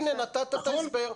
הנה, נתת את ההסבר.